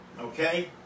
Okay